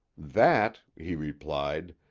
that, he replied,